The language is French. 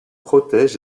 protège